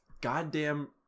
goddamn